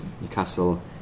Newcastle